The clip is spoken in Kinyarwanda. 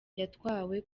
yatwawe